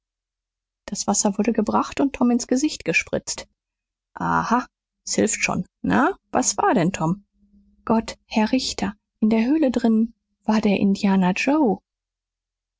das wasser wurde gebracht und tom ins gesicht gespritzt aha s hilft schon na was war denn tom gott herr richter in der höhle drinnen war der